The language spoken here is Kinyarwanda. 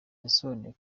yasobanuye